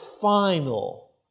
final